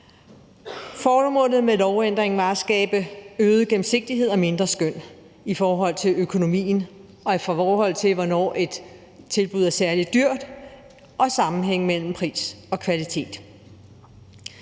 Formålet med lovændringen er at skabe øget gennemsigtighed og mindre skøn i forhold til økonomien og i forhold til, hvornår et tilbud er særlig dyrt, og i forhold til sammenhæng mellem pris og kvalitet.